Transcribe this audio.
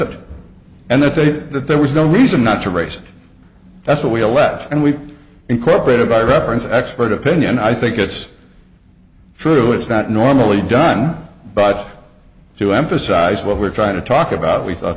it and that they that there was no reason not to race that's what we left and we incorporated by reference expert opinion i think it's true it's not normally done but to emphasize what we're trying to talk about we thought